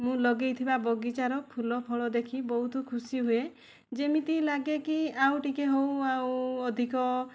ମୁଁ ଲଗେଇଥିବା ବଗିଚାର ଫୁଲଫଳ ଦେଖି ବହୁତ ଖୁସି ହୁଏ ଯେମିତି ଲାଗେ କି ଆଉ ଟିକେ ହେଉ ଆଉ ଅଧିକ